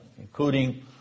including